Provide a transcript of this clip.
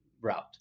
route